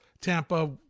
Tampa